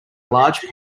large